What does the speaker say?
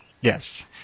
Yes